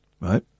right